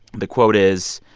the quote is,